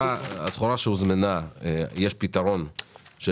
לסחורה שהוזמנה יש פתרון.